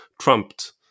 trumped